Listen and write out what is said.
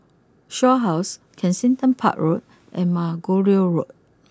Shaw house Kensington Park Road and Margoliouth Road